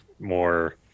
more